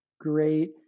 great